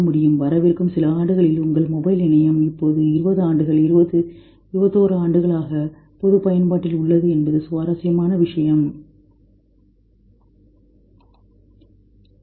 வரவிருக்கும் சில ஆண்டுகளில் உங்கள் மொபைல் இணையம் இப்போது 20 ஆண்டுகளாக 20 21 ஆண்டுகளாக பொது பயன்பாட்டில் உள்ளது என்பது சுவாரஸ்யமாக இருக்கும்